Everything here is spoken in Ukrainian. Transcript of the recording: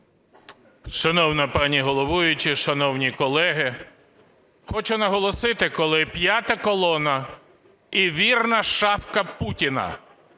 Шановна пані головуюча, шановні колеги, хочу наголосити, коли п'ята колона і вірна шавка Путіна